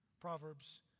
Proverbs